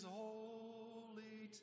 holy